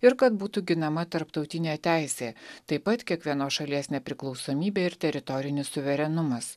ir kad būtų ginama tarptautinė teisė taip pat kiekvienos šalies nepriklausomybė ir teritorinis suverenumas